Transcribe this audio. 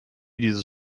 dieses